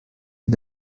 est